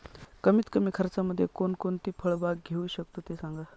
कमीत कमी खर्चामध्ये कोणकोणती फळबाग घेऊ शकतो ते सांगा